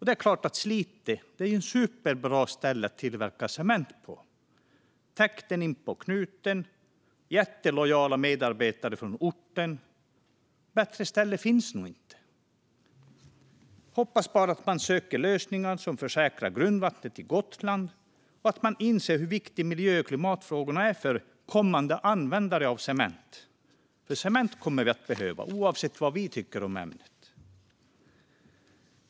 Det är klart att Slite är ett superbra ställe att tillverka cement på. Täkten in på knuten och jättelojala medarbetare från orten - bättre ställe finns nog inte. Hoppas bara att man söker lösningar som säkrar grundvattnet i Gotland och att man inser hur viktiga miljö och klimatfrågorna är för kommande användare av cement, för cement kommer vi att behöva oavsett vad vi tycker om ämnet.